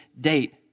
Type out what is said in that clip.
date